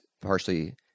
partially –